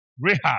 rehab